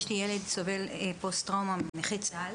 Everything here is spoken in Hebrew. יש לי ילד אשר סובל מפוסט-טראומה, הוא נכה צה"ל.